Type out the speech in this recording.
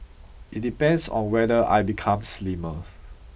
it depends on whether I become slimmer